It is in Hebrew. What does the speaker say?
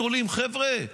חבר'ה,